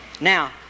Now